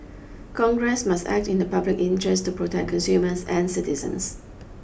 congress must act in the public interest to protect consumers and citizens